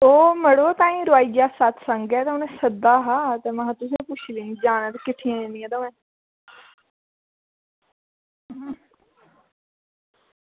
ओह् मड़ो ताहीं रुआइयै सत्संग ऐ तां उ'नें सद्दे दा हा ते महां पुच्छी लैन्नी आं ते किट्ठियां जंदियां हियां